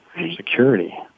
security